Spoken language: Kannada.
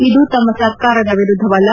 ಇದು ತಮ್ನ ಸರ್ಕಾರದ ವಿರುದ್ದವಲ್ಲ